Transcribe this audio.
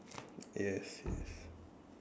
yes yes